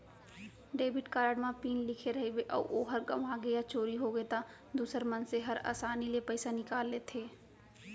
debit card म PIN लिखे रइबे अउ ओहर गँवागे या चोरी होगे त दूसर मनसे हर आसानी ले पइसा निकाल लेथें